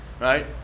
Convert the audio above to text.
Right